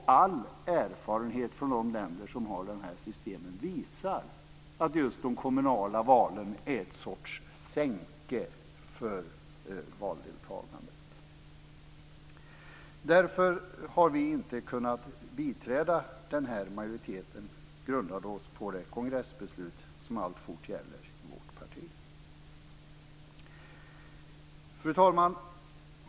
All erfarenhet från de länder som har dessa system visar att just de kommunala valen är en sorts sänke för valdeltagandet. Därför har vi i Vänsterpartiet inte kunnat biträda majoriteten, och vi grundar oss på det kongressbeslut som alltfort gäller i vårt parti. Fru talman!